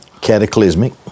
cataclysmic